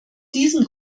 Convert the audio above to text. diesem